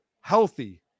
healthy